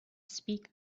speak